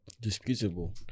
disputable